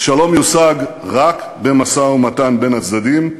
שלום יושג רק במשא-ומתן בין הצדדים,